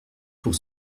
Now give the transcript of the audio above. pour